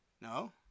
No